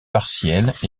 partielles